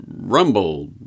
Rumble